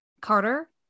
Carter